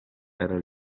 era